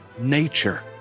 nature